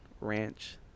ranch